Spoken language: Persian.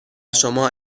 شما